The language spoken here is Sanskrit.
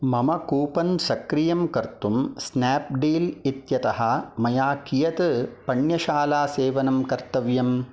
मम कूपन् सक्रियं कर्तुं स्नाप्डील् इत्यतः मया कियत् पण्यशालासेवनं कर्तव्यम्